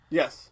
yes